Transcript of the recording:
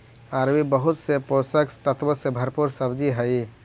अरबी बहुत से पोषक तत्वों से भरपूर सब्जी हई